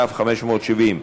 כ/570.